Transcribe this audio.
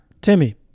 Timmy